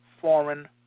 foreign